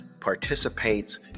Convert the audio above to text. participates